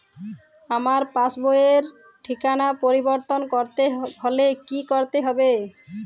আমার পাসবই র ঠিকানা পরিবর্তন করতে হলে কী করতে হবে?